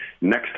next